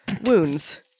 wounds